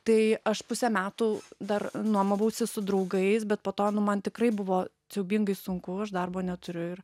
tai aš pusę metų dar nuomavausi su draugais bet po to man tikrai buvo siaubingai sunku aš darbo neturiu ir